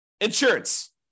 insurance